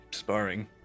sparring